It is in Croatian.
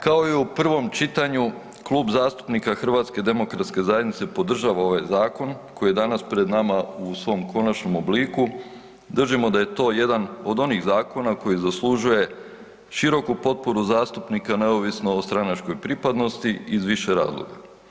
Kao i u prvom čitanju, Klub zastupnika HDZ-a podržava ovaj zakon koji je danas pred nama u svom konačnom obliku, držimo da je to jedan od onih zakona koji zaslužuje široku potporu zastupnika neovisno o stranačkoj pripadnosti iz više razloga.